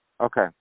Okay